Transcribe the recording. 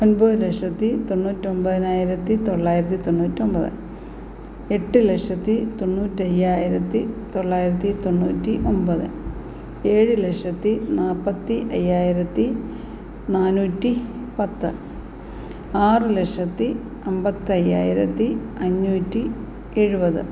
ഒന്പത് ലക്ഷത്തി തൊണ്ണൂറ്റി ഒന്പതിനായിരത്തി തൊള്ളായിരത്തി തൊണ്ണൂറ്റി ഒന്പത് എട്ട് ലക്ഷത്തി തൊണ്ണൂറ്റി അയ്യായിരത്തി തൊള്ളായിരത്തി തൊണ്ണൂറ്റി ഒമ്പത് ഏഴ് ലക്ഷത്തി നാല്പത്തി അയ്യായിരത്തി നാനൂറ്റി പത്ത് ആറ് ലക്ഷത്തി അന്പത്തി അയ്യായിരത്തി അഞ്ഞൂറ്റി എഴുപത്